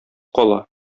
кала